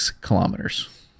kilometers